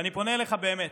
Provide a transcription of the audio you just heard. ואני פונה אליך באמת.